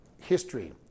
history